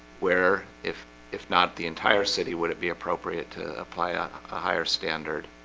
where if if not the entire city, would it be appropriate apply ah a higher standard?